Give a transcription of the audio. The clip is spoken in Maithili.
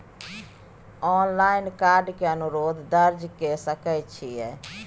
ऑनलाइन कार्ड के अनुरोध दर्ज के सकै छियै?